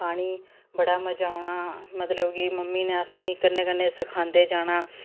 खानी बड़ा मजा औना मतलब कि मम्मी ने असेंगी कन्नै कन्नै सखांदे जाना